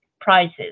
prices